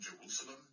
Jerusalem